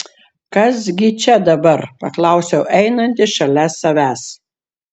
kas gi čia dabar paklausiau einantį šalia savęs